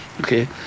Okay